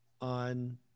on